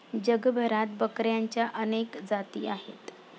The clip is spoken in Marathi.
जगभरात बकऱ्यांच्या अनेक जाती आहेत